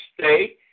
stay